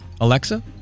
Alexa